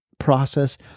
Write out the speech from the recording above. Process